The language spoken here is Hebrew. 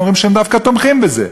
והם אמרו שהם דווקא תומכים בזה.